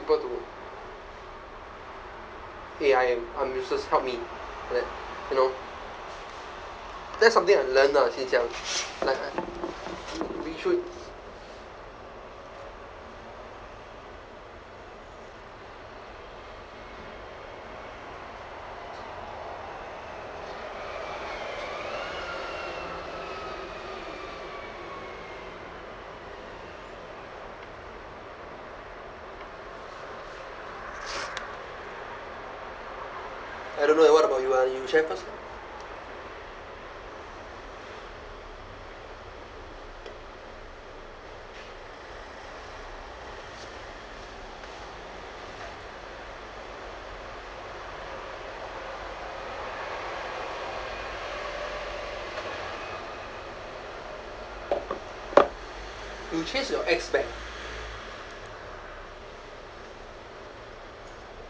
people to eh I am I'm useless help me and all that you know that's something I learn lah since young like I we should I don't know eh what about you ah you share first you chase your ex back